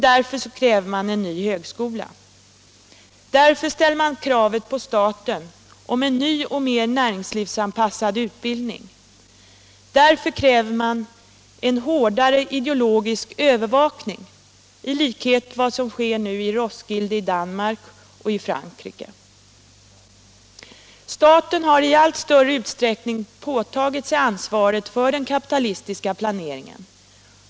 Därför kräver man en ny högskola, därför ställer man kravet på staten om en ny och mer näringslivsanpassad utbildning, därför kräver man en hårdare ideologisk övervakning i likhet med vad som nu sker i Roskilde i Danmark och i Frankrike. Staten har i allt större utsträckning påtagit sig ansvaret för den kapitalistiska planeringen.